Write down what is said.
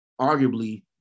arguably